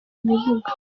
ibibuga